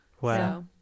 wow